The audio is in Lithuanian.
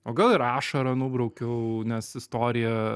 o gal ir ašarą nubraukiau nes istorija